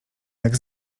jak